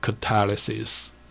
catalysis